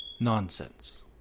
nonsense